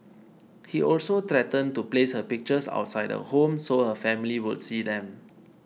he also threatened to place her pictures outside her home so her family would see them